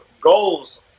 goals